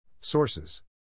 Sources